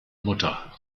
mutter